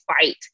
fight